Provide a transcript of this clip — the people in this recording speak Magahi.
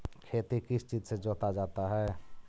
खेती किस चीज से जोता जाता है?